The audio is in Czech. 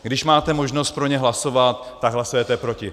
Když máte možnost pro ně hlasovat, tak hlasujete proti.